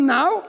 now